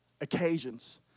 occasions